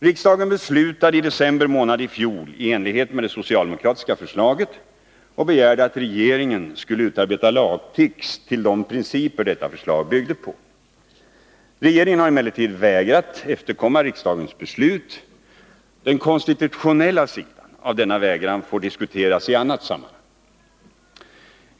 Riksdagen beslutade i december månad i fjol i enlighet med det socialdemokratiska förslaget och begärde att regeringen skulle utarbeta lagtext enligt de principer detta förslag byggde på. Regeringen har emellertid vägrat efterkomma riksdagens beslut. Den konstitutionella sidan av denna vägran får diskuteras i annat sammanhang.